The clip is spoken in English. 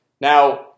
Now